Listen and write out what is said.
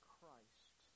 Christ